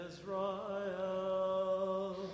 Israel